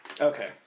Okay